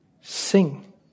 Sing